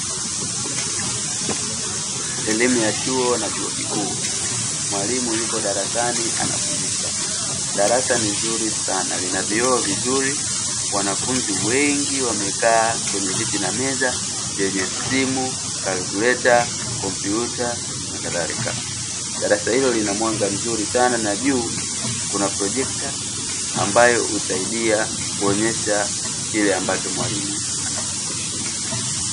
Elimu ya chuo na chuo kikuu, mwalimu yupo darasani anafundisha. Darasa ni zuri sana, lina vioo vizuri wanafunzi wengi wamekaa kwenye viti na meza vyenye simu, kikokotozi, kompyuta na kadhalika. Darasa hilo lina mwanga mzuri sana na juu kuna projekta ambayo husaida kuonyesha kile ambacho mwalimu anafundisha.